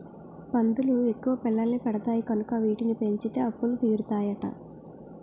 పందులు ఎక్కువ పిల్లల్ని పెడతాయి కనుక వీటిని పెంచితే అప్పులు తీరుతాయట